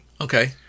Okay